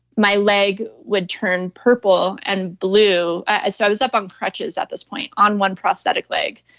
my leg would turn purple and blue. i so i was up on crutches at this point, on one prosthetic leg.